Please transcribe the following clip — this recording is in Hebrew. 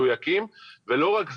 מדויקים, ולא רק זה,